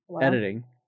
editing